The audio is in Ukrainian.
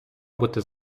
бути